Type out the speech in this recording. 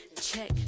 Check